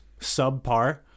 subpar